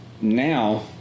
now